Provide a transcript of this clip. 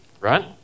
right